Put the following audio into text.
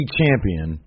champion